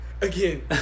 Again